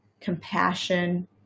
compassion